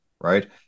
right